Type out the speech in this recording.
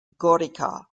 gorica